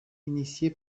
initié